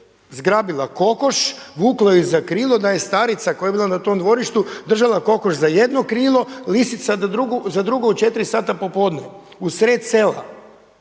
zgrabila kokoš, vukla ju za krilo da je starica koja je bila na tom dvorištu držala kokoš za jedno krilo, lisica za drugo u 4 sata popodne, u sred sela.